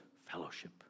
fellowship